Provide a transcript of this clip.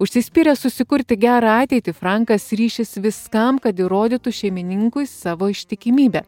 užsispyręs susikurti gerą ateitį frankas ryšis viskam kad įrodytų šeimininkui savo ištikimybę